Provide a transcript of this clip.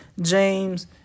James